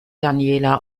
daniela